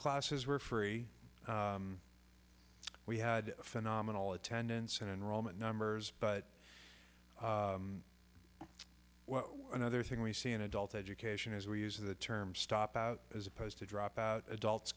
classes were free we had phenomenal attendance and enrollment numbers but well another thing we see in adult education is we use the term stop out as opposed to drop out adults